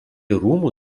rūmų